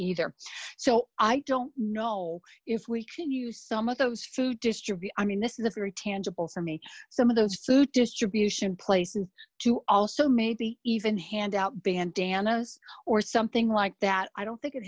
either so i don't know if we can use some of those food distribution this is a very tangible for me some of those food distribution places to also maybe even hand out bandanas or something like that i don't think it